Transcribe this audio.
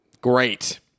Great